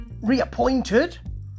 Reappointed